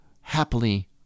happily